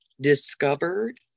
discovered